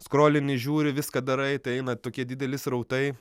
skrolini žiūri viską darai tai eina tokie dideli srautai